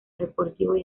deportivos